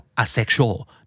asexual